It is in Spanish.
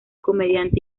comediante